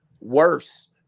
worse